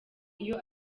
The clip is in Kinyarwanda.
iyo